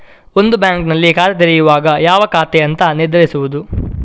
ಒಂದು ಬ್ಯಾಂಕಿನಲ್ಲಿ ಖಾತೆ ತೆರೆಯುವಾಗ ಯಾವ ಖಾತೆ ಅಂತ ನಿರ್ಧರಿಸುದು